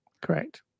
Correct